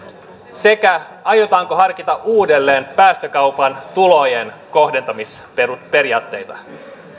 sekä aiotaanko harkita uudelleen päästökaupan tulojen kohdentamisperiaatteita